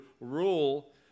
rule